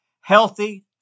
healthy